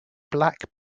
black